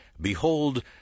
Behold